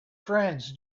friends